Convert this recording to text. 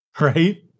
Right